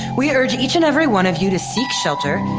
we urge each and every one of you to seek shelter,